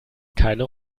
keine